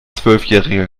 zwölfjähriger